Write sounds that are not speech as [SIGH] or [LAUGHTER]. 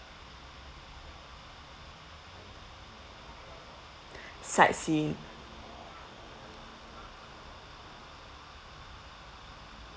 [BREATH] sightseeing